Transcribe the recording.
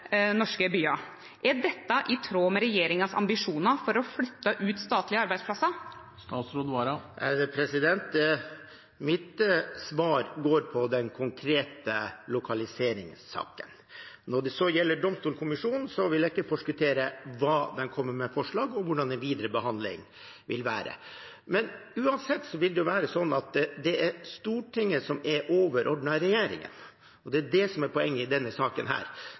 norske byar. Er dette i tråd med regjeringas ambisjonar om å flytte ut statlege arbeidsplassar? Mitt svar går på den konkrete lokaliseringssaken. Når det gjelder Domstolkommisjonen, vil jeg ikke forskuttere hva den kommer med av forslag, og hvordan den videre behandling vil være. Men det vil uansett være sånn at Stortinget er overordnet regjeringen. Det er det som er poenget i denne saken,